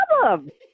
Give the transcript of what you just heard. problem